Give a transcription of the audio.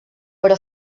però